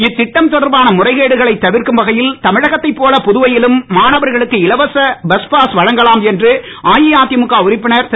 இத்திட்டம் தொடர்பான முறைகேடுகளை தவிர்க்கும் வகையில் தமிழகத்தைப் போல புதுவையிலும் மாணவர்களுக்கு இலவச பஸ் பாஸ் வழங்கலாம் என்று அஇஅதிமுக உறுப்பினர் திரு